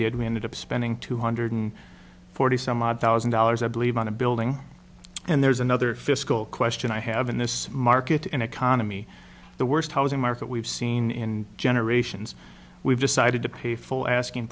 ended up spending two hundred forty some odd thousand dollars i believe on a building and there's another fiscal question i have in this market an economy the worst housing market we've seen in generations we've decided to pay full asking